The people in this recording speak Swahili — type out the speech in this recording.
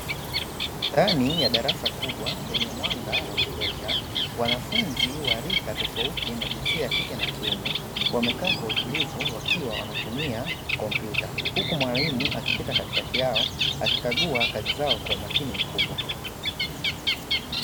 Ndani ya darasa kubwa lenye mwanga wa kutosha wanafunzi wa rika tofauti na jinsia ya kike na kiume wamekaa kwa utulivu wakiwa wanatumia kompyuta, huku mwalimu akipita katikati yao akikagua kazi zao kwa umakini mkubwa.